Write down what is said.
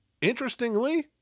Interestingly